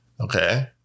Okay